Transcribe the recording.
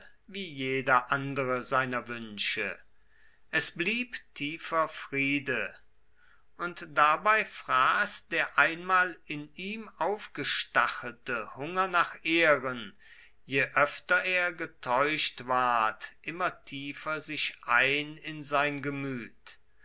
wie jeder andere seiner wünsche es blieb tiefer friede und dabei fraß der einmal in ihm aufgestachelte hunger nach ehren je öfter er getäuscht ward immer tiefer sich ein in sein gemüt